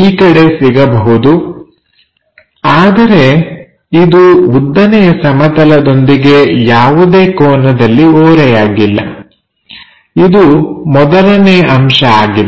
ಈ ಕಡೆ ಸಿಗಬಹುದು ಆದರೆ ಇದು ಉದ್ದನೆಯ ಸಮತಲದೊಂದಿಗೆ ಯಾವುದೇ ಕೋನದಲ್ಲಿ ಓರೆಯಾಗಿಲ್ಲ ಇದು ಮೊದಲನೇ ಅಂಶ ಆಗಿದೆ